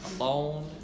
alone